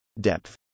Depth